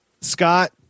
Scott